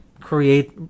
create